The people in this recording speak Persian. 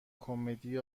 کمدی